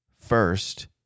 First